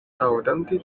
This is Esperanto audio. aŭdante